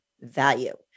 value